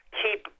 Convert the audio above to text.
keep